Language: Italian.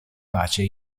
pace